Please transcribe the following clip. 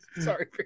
Sorry